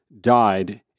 died